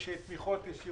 יש תמיכות ישירות,